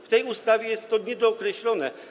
W tej ustawie jest to niedookreślone.